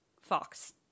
Fox